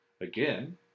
Again